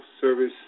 service